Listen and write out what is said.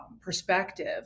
perspective